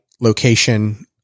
location